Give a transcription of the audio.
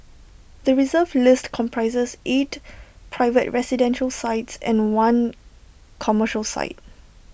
the Reserve List comprises eight private residential sites and one commercial site